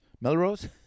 Melrose